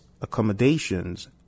accommodations